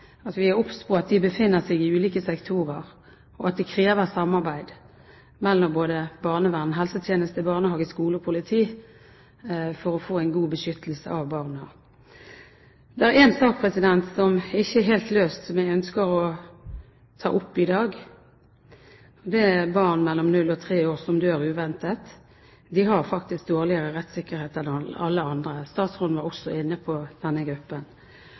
at vi er obs på at de befinner seg i ulike sektorer, og at det krever samarbeid mellom både barnevern, helsetjeneste, barnehage, skole og politi for å få en god beskyttelse av barnet. Det er én sak som ikke er helt løst, som jeg ønsker å ta opp i dag. Det gjelder barn mellom null og tre år som dør uventet. De har faktisk dårligere rettssikkerhet enn alle andre. Statsråden var også inne på denne gruppen.